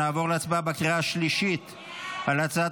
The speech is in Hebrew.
נעבור להצבעה בקריאה השלישית על הצעת